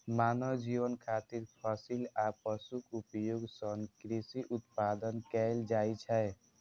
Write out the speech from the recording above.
मानव जीवन खातिर फसिल आ पशुक उपयोग सं कृषि उत्पादन कैल जाइ छै